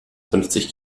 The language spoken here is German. fünfzig